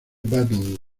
battle